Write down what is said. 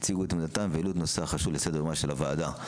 הציגו את עמדתם והעלו את הנושא החשוב לסדר-יומה של הוועדה.